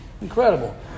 Incredible